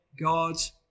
God's